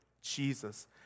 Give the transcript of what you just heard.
Jesus